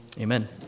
amen